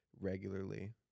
regularly